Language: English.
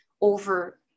over